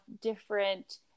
different